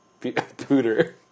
Pooter